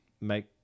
make